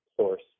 source